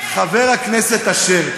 חבר הכנסת אשר,